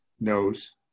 knows